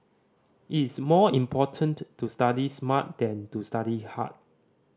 it's more important to study smart than to study hard